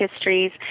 histories